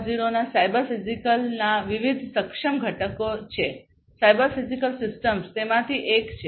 0 ના સાયબર ફિઝિકલના વિવિધ સક્ષમ ઘટકો છે સાયબર ફિઝિકલ સિસ્ટમ્સ તેમાંથી એક છે